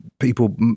people